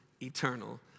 eternal